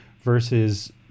versus